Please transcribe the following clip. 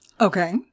Okay